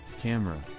Camera